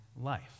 life